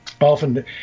often